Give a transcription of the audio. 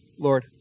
Lord